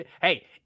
Hey